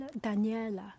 Daniela